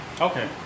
Okay